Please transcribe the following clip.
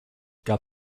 gab